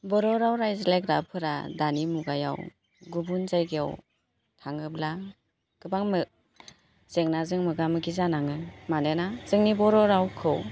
बर' राव राज्लायग्राफोरा दानि मुगायाव गुबुन जायगायाव थाङोब्ला गोबांनो जेंनाजों मोगा मोगि जानाङो मोनोना जोंनि बर' रावखौ